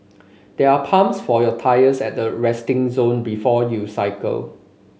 there are pumps for your tyres at the resting zone before you cycle